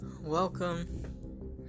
Welcome